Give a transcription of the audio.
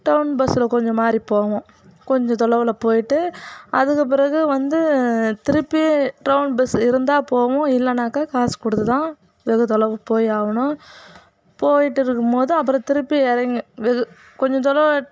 down பஸ்சில் கொஞ்சம் மாறி போவோம் கொஞ்சம் தொலைவுல போய்விட்டு அதுக்கு பிறகு வந்து திருப்பி டவுன் பஸ் இருந்தால் போவோம் இல்லைனாக்க காசு கொடுத்து தான் வெகு தொலைவு போய் ஆகணும் போய்விட்டு இருக்கும் போது அப்புறம் திருப்பி இறங்கி வெகு கொஞ்ச தூரம்